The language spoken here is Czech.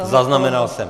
Zaznamenal jsem.